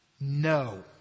no